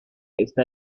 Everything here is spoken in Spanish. está